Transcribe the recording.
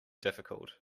difficult